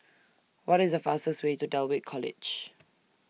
What IS The fastest Way to Dulwich College